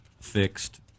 fixed